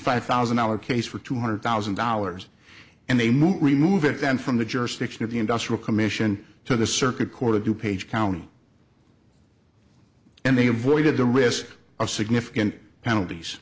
five thousand dollar case for two hundred thousand dollars and they move remove it then from the jurisdiction of the industrial commission to the circuit court of new page county and they avoided the risk of significant penalties